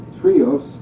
trios